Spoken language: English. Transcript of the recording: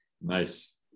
Nice